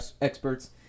experts